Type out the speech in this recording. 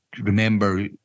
remember